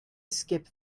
skip